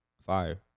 Fire